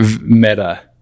meta